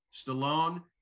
Stallone